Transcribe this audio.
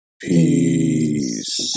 Peace